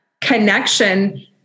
connection